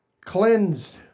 Cleansed